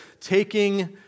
taking